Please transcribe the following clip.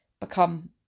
become